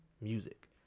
music